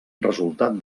resultat